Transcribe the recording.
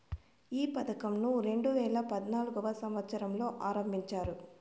ఈ పథకంను రెండేవేల పద్నాలుగవ సంవచ్చరంలో ఆరంభించారు